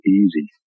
easy